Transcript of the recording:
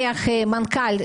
בן אדם שיש לו בעיות רפואיות,